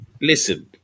Listen